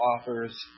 offers